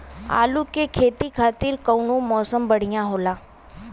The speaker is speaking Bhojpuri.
आलू के खेती खातिर कउन मौसम बढ़ियां होला?